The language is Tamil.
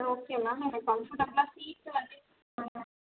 ஓகே மேம் எனக்கு கம்ஃபர்டபிளாக சீட்டு வந்து